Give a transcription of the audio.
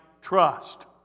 trust